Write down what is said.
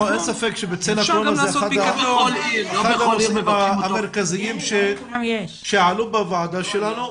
אין ספק שבצל הקורונה זה אחד הדברים המרכזיים שעלו בוועדה שלנו.